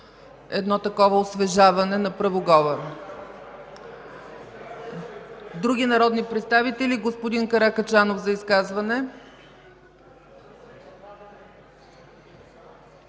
едно такова освежаване на правоговора. Други народни представители? Господин Каракачанов – за изказване.